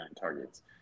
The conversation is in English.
targets